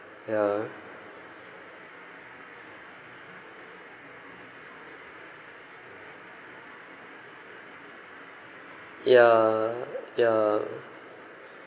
ya ya ya